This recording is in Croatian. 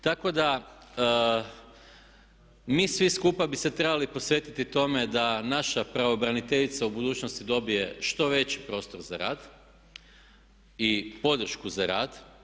Tako da mi svi skupa bi se trebali posvetiti tome da naša pravobraniteljica u budućnosti dobije što veći prostor za rad i podršku za rad.